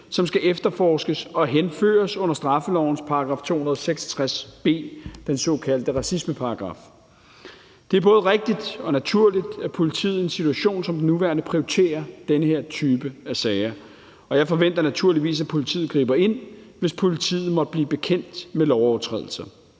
som skal efterforskes og henføres under straffelovens § 266 b, den såkaldte racismeparagraf. Det er både rigtigt og naturligt, at politiet i en situation som den nuværende prioriterer den her type af sager, og jeg forventer naturligvis, at politiet griber ind, hvis politiet måtte blive bekendt med lovovertrædelser.